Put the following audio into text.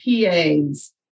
PAs